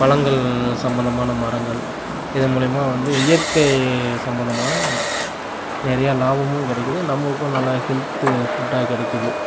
பழங்கள் சம்மந்தமான மரங்கள் இது மூலியமாக வந்து இயற்கை சம்மந்தமான நிறையா லாபமும் கிடைக்கிது நம்மளுக்கும் நல்ல ஹெல்த்து ஃபுட்டாக கிடைக்குது